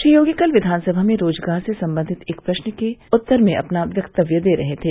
श्री योगी कल विधानसभा में रोजगार से संबंधित एक प्रश्न पर अपना वक्तव्य दे रहे थे